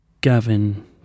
Gavin-